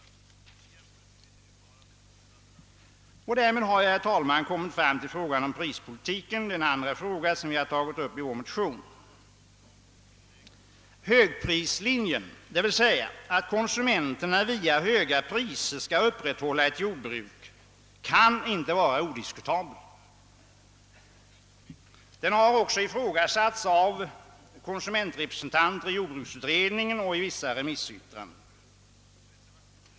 Därmed har jag, herr talman, kommit fram till frågan om prispolitiken — den andra fråga som vi tagit upp i vår motion. Högprislinjen, d. v. s. att konsumenterna via höga priser skall upprätthålla ett jordbruk, kan inte vara odiskutabel. Den har också ifrågasatts av konsumentrepresentanter i jordbruksutredningen och i vissa remissyttranden.